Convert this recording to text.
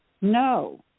No